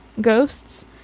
ghosts